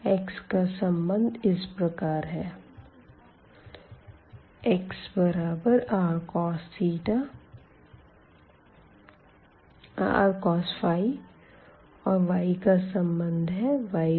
x का संबंध इस प्रकार है xrcos और y का संबंध yrsin है